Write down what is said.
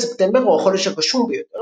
חודש ספטמבר הוא החודש הגשום ביותר,